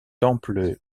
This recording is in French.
temple